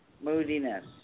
moodiness